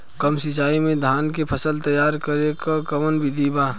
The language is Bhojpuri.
कम सिचाई में धान के फसल तैयार करे क कवन बिधि बा?